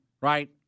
right